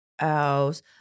else